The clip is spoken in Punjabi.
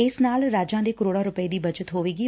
ਇਸ ਨਾਲ ਰਾਜਾਂ ਦੇ ਕਰੋੜਾਂ ਰੁਪਏ ਦੀ ਬਚਤ ਹੋਵੇਗੀ